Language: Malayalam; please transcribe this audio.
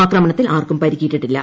ആക്രമണത്തിൽ ആർക്കും പരിക്കേറ്റിട്ടില്ല